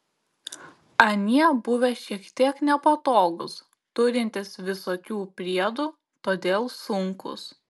anie buvę šiek tiek nepatogūs turintys visokių priedų todėl sunkūs